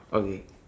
okay